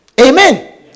Amen